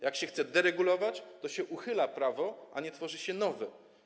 Jak się chce deregulować, to się uchyla prawo, a nie tworzy się nowe.